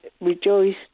rejoiced